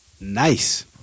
nice